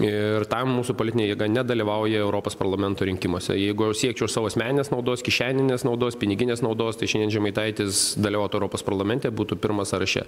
ir tam mūsų politinė jėga nedalyvauja europos parlamento rinkimuose jeigu aš siekčiau savo asmeninės naudos kišeninės naudos piniginės naudos tai šiandien žemaitaitis dalyvautų europos parlamente būtų pirmas sąraše